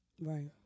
Right